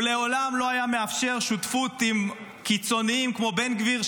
הוא מעולם לא היה מאפשר שותפות עם קיצוניים כמו בן גביר,